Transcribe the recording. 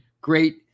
great